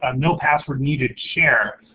ah no password needed share,